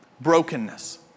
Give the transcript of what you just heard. brokenness